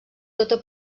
tota